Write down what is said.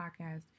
Podcast